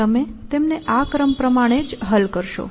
તમે તેમને આ ક્રમ પ્રમાણે જ હલ કરશો